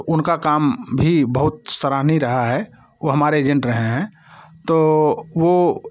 तो उनका काम भी बहुत सराहनीय रहा है वो हमारे एजेंट रहे हैं तो वो